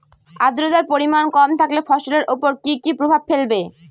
আদ্রর্তার পরিমান কম থাকলে ফসলের উপর কি কি প্রভাব ফেলবে?